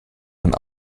dann